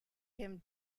him